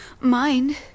Mind